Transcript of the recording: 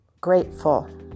grateful